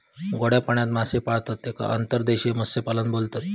गोड्या पाण्यात मासे पाळतत तेका अंतर्देशीय मत्स्यपालन बोलतत